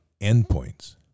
endpoints